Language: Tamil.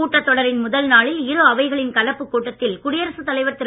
கூட்டத்தொடரின் முதல்நாளில் இரு அவைகளின் கலப்புக் கூட்டத்தில் குடியரசுத் தலைவர் திரு